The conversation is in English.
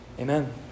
Amen